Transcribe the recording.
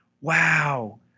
wow